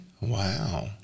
Wow